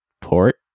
port